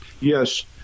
yes